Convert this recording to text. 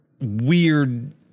weird